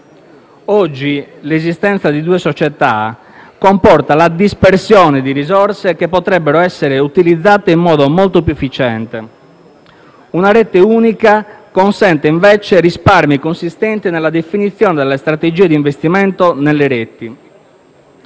Oggi l'esistenza di due società comporta la dispersione di risorse che potrebbero essere utilizzate in modo molto più efficiente: una rete unica consente, invece, risparmi consistenti nella definizione delle strategie di investimento nelle reti,